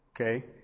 Okay